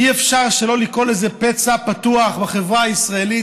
אי-אפשר שלא לקרוא לזה פצע פתוח בחברה הישראלית,